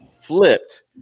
flipped